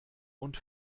und